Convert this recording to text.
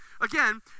again